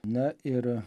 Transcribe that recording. na ir